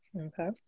Okay